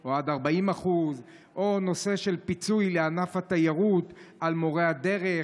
או עד 40%; או הנושא של הפיצוי לענף התיירות על מורי הדרך,